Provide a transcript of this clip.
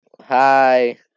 Hi